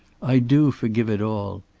i do forgive it all.